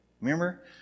Remember